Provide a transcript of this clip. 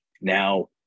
Now